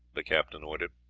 the captain ordered.